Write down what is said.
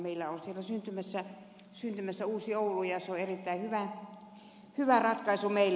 meillä on siellä syntymässä uusi oulu ja se on erittäin hyvä ratkaisu meille